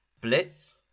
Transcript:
Blitz